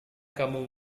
kamu